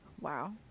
Wow